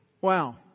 Wow